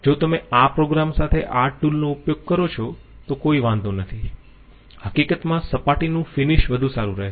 જો તમે આ પ્રોગ્રામ સાથે આ ટૂલનો ઉપયોગ કરો છો તો કોઈ વાંધો નથી હકીકતમાં સપાટીનું ફિનિશ વધુ સારું રહેશે